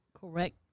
correct